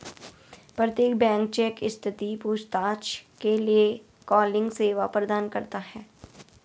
प्रत्येक bank check स्थिति पूछताछ के लिए कॉलिंग सेवा प्रदान करता हैं